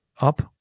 up